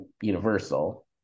universal